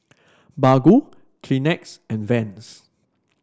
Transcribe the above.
Baggu Kleenex and Vans